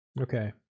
Okay